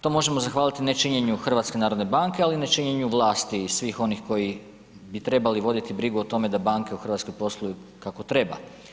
To možemo zahvaliti nečinjenju HNB-a, ali ne činjenju vlasti i svih onih koji bi trebali voditi brigu o tome da banke u RH posluju kako treba.